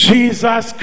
Jesus